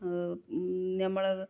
നമ്മൾ